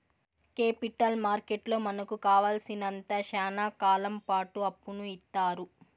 capital మార్కెట్లో మనకు కావాలసినంత శ్యానా కాలంపాటు అప్పును ఇత్తారు